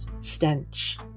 stench